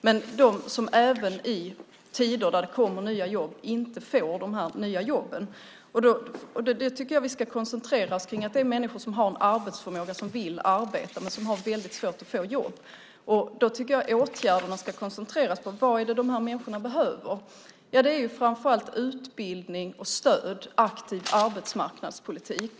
Men de som även i tider då det kommer nya jobb inte får jobben är i utanförskap. Jag tycker att vi ska koncentrera oss kring människor som har en arbetsförmåga och som vill arbeta men som har väldigt svårt att få jobb. Åtgärderna ska koncentreras på: Vad är det de här människorna behöver? Det är framför allt utbildning, stöd, aktiv arbetsmarknadspolitik.